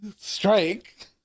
Strike